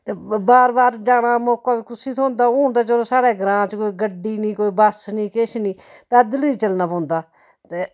ते बार बार जाने दा मौका बी कुसी थ्होंदा हून ते चलो साढ़ै ग्रांऽ च गड्डी नी कोई बस नी किश नेईं पैदल ही चलना पौंदा ते